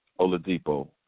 Oladipo